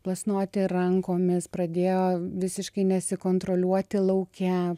plasnoti rankomis pradėjo visiškai nesikontroliuoti lauke